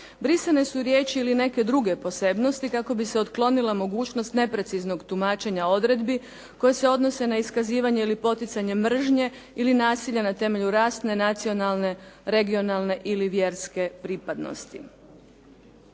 Brisane su riječi ili neke druge posebnosti kako bi se otklonila mogućnost nepreciznog tumačenja odredbi koje se odnose na iskazivanje ili poticanje mržnje ili nasilja na temelju rasne, nacionalne, regionalne ili vjerske pripadnosti.